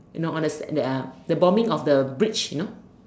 you know on the that uh the bombing of the bridge you know